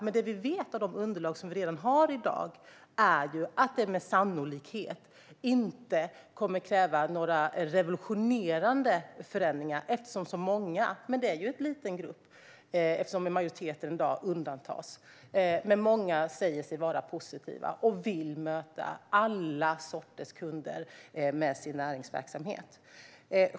Men det vi vet av de underlag vi har är att det med sannolikhet inte kommer att krävas några revolutionerande förändringar. Det är en liten grupp eftersom majoriteten i dag undantas, men många säger sig vara positiva och vill möta alla sorters kunder med sin näringsverksamhet.